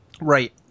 Right